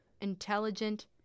intelligent